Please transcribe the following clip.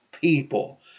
people